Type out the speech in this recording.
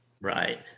Right